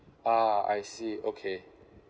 ah I see okay